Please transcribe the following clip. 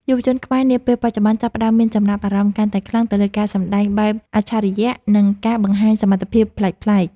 យុវជនខ្មែរនាពេលបច្ចុប្បន្នចាប់ផ្តើមមានចំណាប់អារម្មណ៍កាន់តែខ្លាំងទៅលើការសម្តែងបែបអច្ឆរិយៈ និង ការបង្ហាញសមត្ថភាពប្លែកៗ។